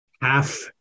half